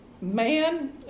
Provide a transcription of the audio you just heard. man